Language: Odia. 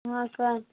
ହଁ କହ